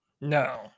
No